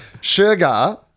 Sugar